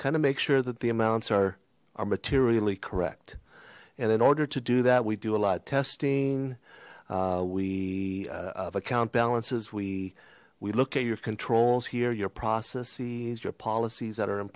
kind of make sure that the amounts are are materially correct and in order to do that we do a lot of testing we of account balances we we look at your controls here your processes your policies that are in